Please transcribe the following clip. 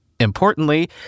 Importantly